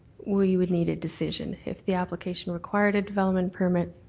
well, you would need a decision. if the application required a development permit,